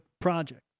project